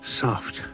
Soft